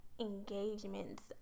engagements